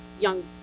young